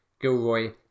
Gilroy